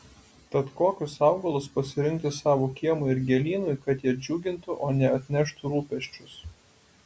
tad kokius augalus pasirinkti savo kiemui ir gėlynui kad jie džiugintų o ne atneštų rūpesčius